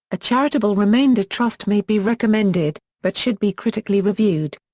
a charitable remainder trust may be recommended, but should be critically reviewed.